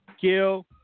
Kill